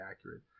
accurate